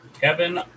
Kevin